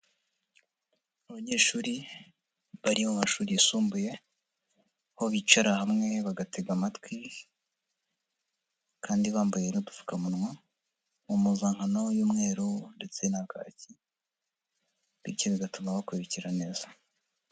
Abanyeshuri bari mu mashuri yisumbuye, aho bicara hamwe bagatega amatwi kandi bambaye n'udupfukamunwa, mu mpuzankano y'umweru ndetse na kaki bityo bigatuma bakurikira neza.